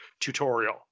tutorial